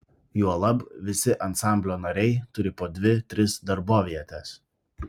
juolab visi ansamblio nariai turi po dvi tris darbovietes